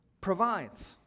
provides